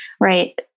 right